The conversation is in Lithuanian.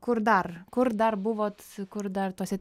kur dar kur dar buvot kur dar tuose